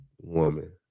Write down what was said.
woman